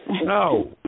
No